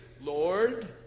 Lord